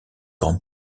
grande